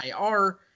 IR